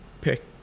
pick